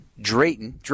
Drayton